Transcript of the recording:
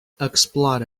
explora